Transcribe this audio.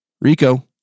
Rico